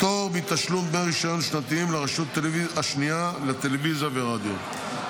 פטור מתשלום דמי רישיון שנתיים לרשות השנייה לטלוויזיה ורדיו,